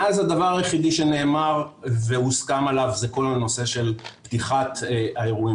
מאז הדבר היחידי שנאמר והוסכם עליו זה כל הנושא של פתיחת האירועים